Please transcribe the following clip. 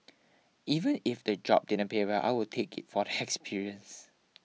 even if the job didn't pay well I would take it for the experience